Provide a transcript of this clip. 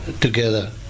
together